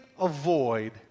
avoid